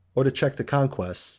or to check the conquests,